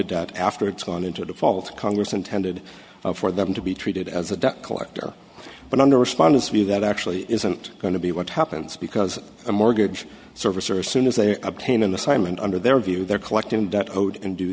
a debt after it's gone into default congress intended for them to be treated as a debt collector but under respond as we that actually isn't going to be what happens because a mortgage servicer soon as they obtain an assignment under their view they're collecting debt owed and do